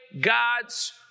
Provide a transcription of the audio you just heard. God's